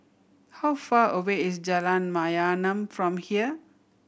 how far away is Jalan Mayaanam from here